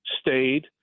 stayed